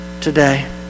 today